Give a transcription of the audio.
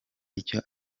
icyo